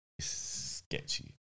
sketchy